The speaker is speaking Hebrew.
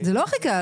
זה לא הכי קל.